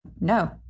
No